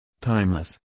Timeless